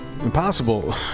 impossible